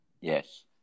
Yes